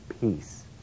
peace